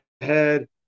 head